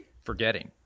forgetting